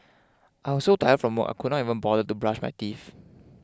I was so tired from work I could not even bother to brush my teeth